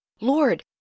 Lord